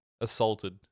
assaulted